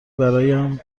برایم